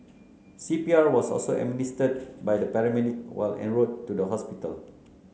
C P R was also administered by the paramedic while en route to the hospital